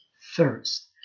first